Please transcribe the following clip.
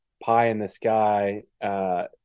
pie-in-the-sky